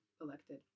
elected